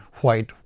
white